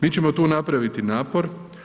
Mi ćemo tu napraviti napor.